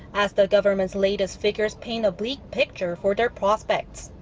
as the government's latest figures paint a bleak picture for their prospects.